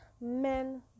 men